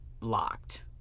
locked